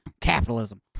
Capitalism